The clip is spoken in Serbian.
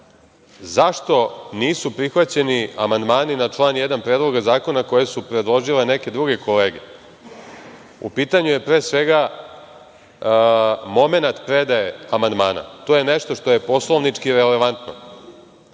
zašto nisu prihvaćeni amandmani na član 1. Predloga zakona koje su predložile neke druge kolege. U pitanju je pre svega momenat predaje amandmana. To je nešto što je poslovnički relevantno. Druga